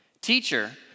Teacher